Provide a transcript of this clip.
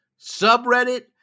subreddit